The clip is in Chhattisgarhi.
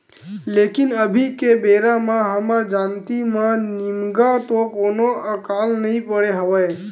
लेकिन अभी के बेरा म हमर जानती म निमगा तो कोनो अकाल नइ पड़े हवय